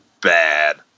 bad